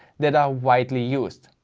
that are widely used.